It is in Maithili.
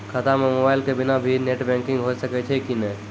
खाता म मोबाइल के बिना भी नेट बैंकिग होय सकैय छै कि नै?